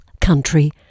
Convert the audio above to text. country